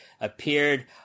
appeared